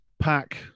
pack